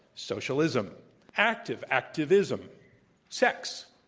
socialism active, activism sex,